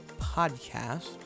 Podcast